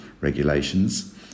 regulations